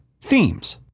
themes